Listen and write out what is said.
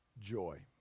joy